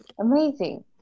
amazing